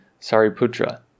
Sariputra